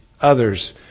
others